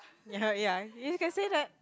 ya ya you can say that